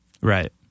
Right